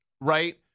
right